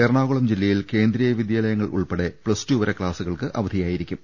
എറണാകുളം ജില്ലയിൽ കേന്ദ്രീയ വിദ്യാലയങ്ങൾ ഉൾപ്പെടെ പ്ലസ്ടുവരെ ക്ലാസുകൾക്ക് അവധിയായിരി ക്കും